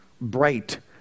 bright